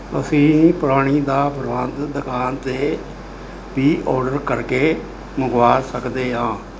ਅਸੀਂ ਪਾਣੀ ਦਾ ਪ੍ਰਬੰਧ ਦਕਾਨ 'ਤੇ ਵੀ ਔਰਡਰ ਕਰਕੇ ਮੰਗਵਾ ਸਕਦੇ ਹਾਂ